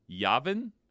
Yavin